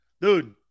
Dude